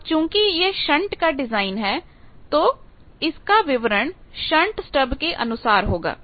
अब चूंकि यह शंट का डिजाइन है तो इसका विवरण शंट स्टब के अनुसार होगा